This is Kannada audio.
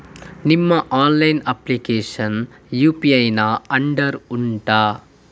ನಿಮ್ಮ ಆನ್ಲೈನ್ ಅಪ್ಲಿಕೇಶನ್ ಯು.ಪಿ.ಐ ನ ಅಂಡರ್ ಉಂಟಾ